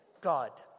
God